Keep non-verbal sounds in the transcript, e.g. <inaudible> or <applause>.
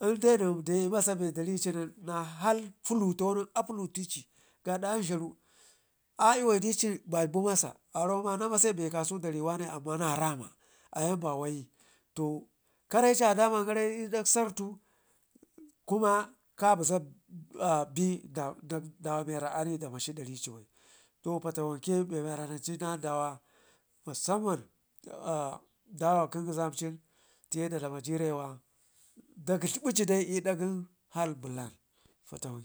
lndai nen de masabe daricin na hal puluto nen apulu teci gaada amgharu ci iboaye dici babu masa aramo ma namase be ka sau dari wane amman na rama eyan ba wayi, to kareci adaman gara l'dak sartu kuma kabeza <hesitation> dawa miware anii da mashi da nci bai, to bemiwara nancu nan ɗawa musam man ɗawa gə ngizamcin tiye da dlama jirewa da glidlibici dai in dak hal blan fatawanke.